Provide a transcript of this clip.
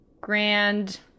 Grand